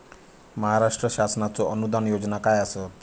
महाराष्ट्र शासनाचो अनुदान योजना काय आसत?